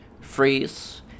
freeze